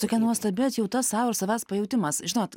tokia nuostabia atjauta sau ir savęs pajautimas žinot